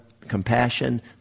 compassion